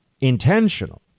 intentional